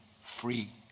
free